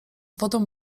wodą